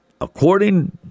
according